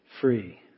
free